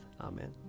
Amen